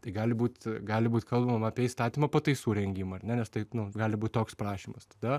tai gali būt gali būt kalbama apie įstatymo pataisų rengimą ar ne nes taip nu gali būt toks prašymas tada